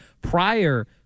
prior